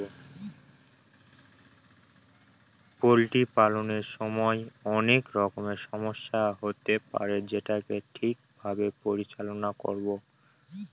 poultry পালনের সময় অনেক রকমের সমস্যা হতে পারে যেটাকে ঠিক ভাবে পরিচালনা করবো